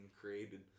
created